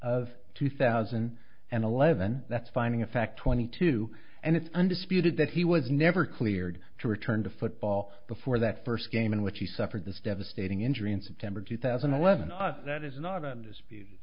of two thousand and eleven that's finding a fact twenty two and it's undisputed that he was never cleared to return to football before that first game in which he suffered this devastating injury in september two thousand and eleven that is not a dispute